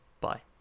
Bye